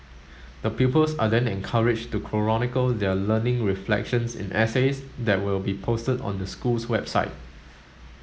the pupils are then encouraged to chronicle their learning reflections in essays that will be posted on the school's website